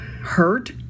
hurt